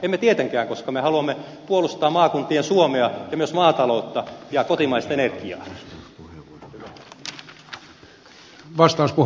emme tietenkään koska me haluamme puolustaa maakuntien suomea ja myös maataloutta ja kotimaista energiaa